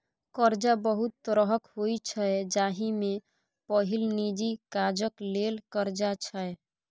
करजा बहुत तरहक होइ छै जाहि मे पहिल निजी काजक लेल करजा छै